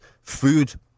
food